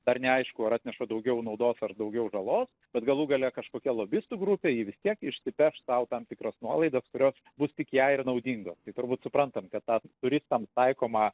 dar neaišku ar atneša daugiau naudos ar daugiau žalos bet galų gale kažkokia lobistų grupė ji vis tiek išsipeš sau tam tikras nuolaidas kurios bus tik jai ir naudingos tai turbūt suprantam kad tą turistams taikomą